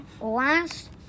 Last